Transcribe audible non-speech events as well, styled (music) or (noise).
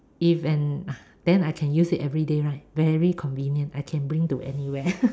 if and (noise) then I can use it everyday right very convenient I can bring to anywhere